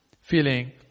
feeling